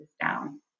down